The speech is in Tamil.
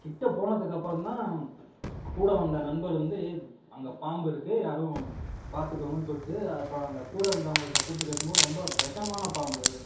கிட்டே போனத்துக்கு அப்புறம் தான் கூட வந்த நண்பர் வந்து அங்கே பாம்பு இருக்குது யாரும் பார்த்துக்கோங்கன்னு சொல்லிட்டு அப்போ அங்கே கூட இருந்தவங்கள்ட்ட கூப்பிட்டு கேட்கும் போது ரொம்ப விஷமான பாம்பு